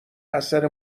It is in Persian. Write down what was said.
اثر